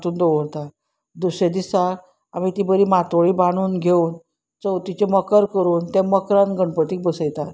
हातूंत दवरता दुसरे दिसा आमी ती बरी माटोळी बांदून घेवन चवथीचे मखर करून ते मखरान गणपतीक बसयतात